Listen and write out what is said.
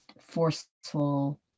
forceful